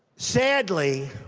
sadly,